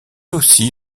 aussi